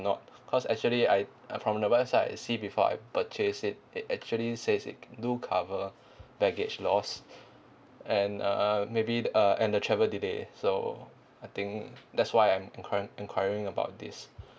not cause actually I uh from the website I see before I purchase it it actually says it do cover baggage lost and uh maybe th~ uh and the travel delay so I think that's why I'm enquir~ enquiring about this